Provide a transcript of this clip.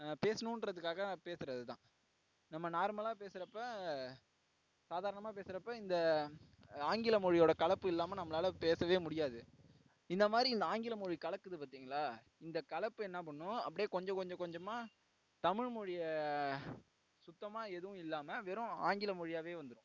பேசணுன்றதுக்காக நான் பேசுவது தான் நம்ம நார்மலாக பேசுகிறப்ப சாதாரணமாக பேசுகிறப்ப இந்த ஆங்கில மொழியோட கலப்பு இல்லாமல் நம்மளால் பேச முடியாது இந்த மாதிரி இந்த ஆங்கில மொழி கலக்குது பார்த்திங்களா இந்த கலப்பு என்ன பண்ணும் அப்டியே கொஞ்சம் கொஞ்சம் கொஞ்சமாக தமிழ் மொழியை சுத்தமாக எதுவும் இல்லாமல் வெறும் ஆங்கில மொழியாகவே வந்துடும்